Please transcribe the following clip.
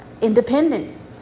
independence